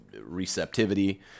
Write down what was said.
receptivity